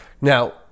Now